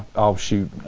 oh shoot,